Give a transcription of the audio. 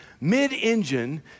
mid-engine